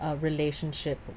Relationship